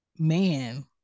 Man